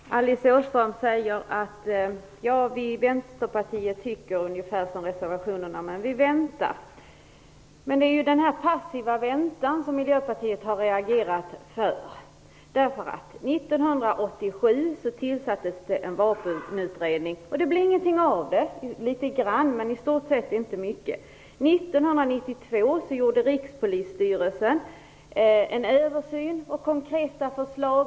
Herr talman! Alice Åström säger: Vi i Vänsterpartiet tycker ungefär så som man säger i reservationerna, men vi väntar. Det är just denna passiva väntan som vi i Miljöpartiet har reagerat på. 1987 tillsattes ju en vapenutredning, men det blev i stort sett inte mycket av den. 1992 gjorde Rikspolisstyrelsen en översyn, och konkreta förslag lades fram.